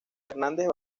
hernández